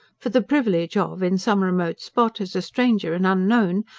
for the privilege of, in some remote spot, as a stranger and unknown,